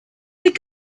going